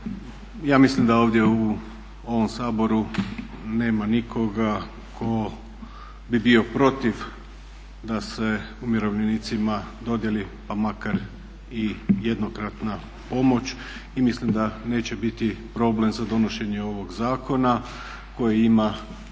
Ja mislim da ovdje u ovom Saboru nema nikoga tko bi bio protiv da se umirovljenicima dodijeli pa makar i jednokratna pomoć i mislim da neće biti problem za donošenje ovog zakona koji ima